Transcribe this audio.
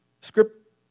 script